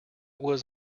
was